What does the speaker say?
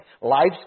life's